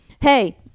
hey